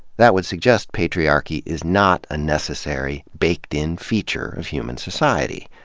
that would suggest patriarchy is not a necessary, baked-in feature of human society.